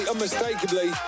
unmistakably